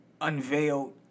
unveiled